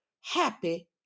Happy